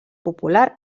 popular